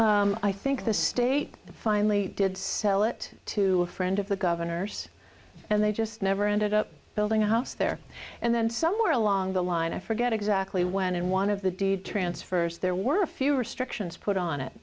know i think the state finally did sell it to a friend of the governor's and they just never ended up building a house there and then somewhere along the line i forget exactly when in one of the deed transfers there were a few restrictions put on it